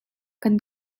kan